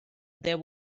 there